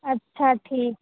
اچھا ٹھیک